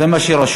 זה מה שרשום.